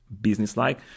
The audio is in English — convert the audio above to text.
business-like